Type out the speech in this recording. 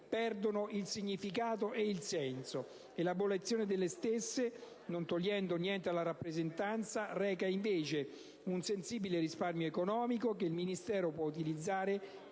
perdono significato e senso, e l'abolizione delle stesse, non togliendo niente alla rappresentanza, reca invece un sensibile risparmio economico, che il Ministero può utilizzare